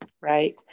Right